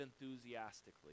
enthusiastically